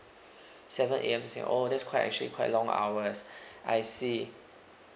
seven A_M to se~ oh that's quite actually quite long hours I see